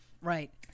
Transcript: right